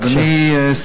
בבקשה.